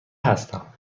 هستم